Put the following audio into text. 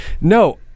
No